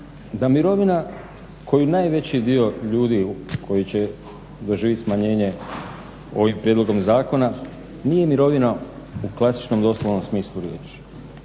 da mirovina koju najveći dio ljudi koji će doživjet smanjenje ovim prijedlogom zakona nije mirovina u klasičnom doslovnom smislu riječi.